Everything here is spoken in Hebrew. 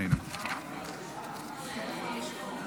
יש כמה